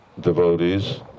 devotees